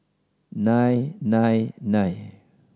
nine nine nine